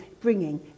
bringing